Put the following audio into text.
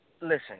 listen